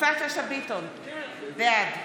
יפעת שאשא ביטון, בעד